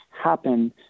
happen